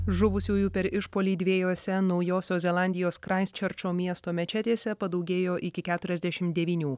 žuvusiųjų per išpuolį dviejuose naujosios zelandijos kraisčerčo miesto mečetėse padaugėjo iki keturiasdešim devinių